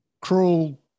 cruel